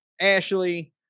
Ashley